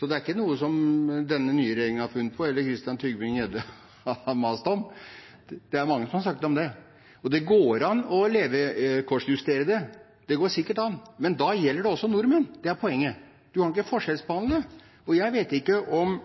så det er ikke noe denne nye regjeringen har funnet på, eller som Christian Tybring-Gjedde har mast om. Det er mange som har snakket om det. Og det går sikkert an å levekårsjustere det, men da gjelder det også nordmenn. Det er poenget – man kan ikke forskjellsbehandle. Jeg vet ikke om